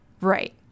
Right